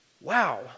Wow